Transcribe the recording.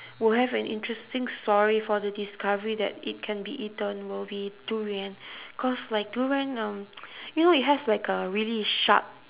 will have an interesting story for the discovery that it can be eaten will be durian cause like durian um you know it has like a really sharp